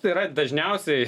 tai yra dažniausiai